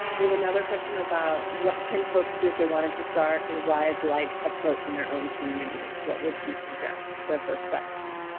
we have another question about what can folks do if they wanted to start a ryse-like approach in their own communities what would you suggest their first steps be?